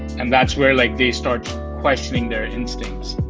and that's where like they start questioning their instincts.